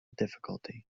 difficulty